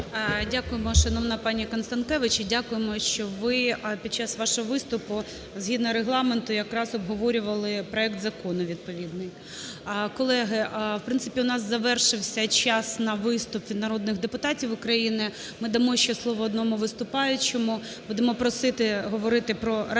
Дякуємо, шановна пані Констанкевич. Дякуємо, що ви під час вашого виступу, згідно регламенту, якраз обговорювали проект закону відповідний. Колеги, в принципі, в нас завершився час на виступи від народних депутатів України. Ми дамо ще слово одному виступаючому, будемо просити говорити про ратифікацію